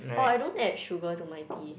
oh I don't add sugar to my tea